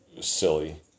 silly